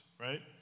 right